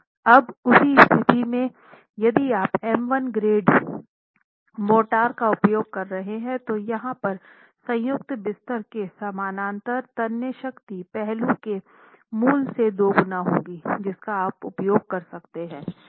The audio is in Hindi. अब उसी स्थिति में यदि आप M1 ग्रेड मोर्टार का उपयोग कर रहे हैं तो यहाँ पर संयुक्त बिस्तर के समानांतर तन्य शक्ति पहले के मूल्य से दोगुना होगी जिसका आप उपयोग कर सकते हैं